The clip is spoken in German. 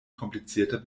komplizierter